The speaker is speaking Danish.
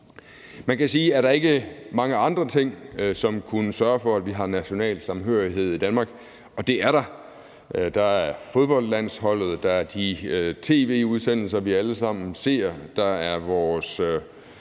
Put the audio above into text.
Man kan spørge, om der ikke er mange andre ting, som kunne sørge for, at vi har national samhørighed i Danmark. Og det er der. Der er fodboldlandsholdet. Der er de tv-udsendelser, vi alle sammen ser. Der er vores